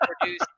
produce